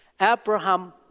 Abraham